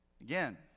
Again